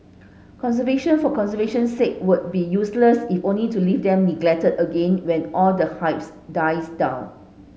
conservation for conservation's sake would be useless if only to leave them neglected again when all the hypes dies down